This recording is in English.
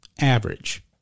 average